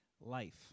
life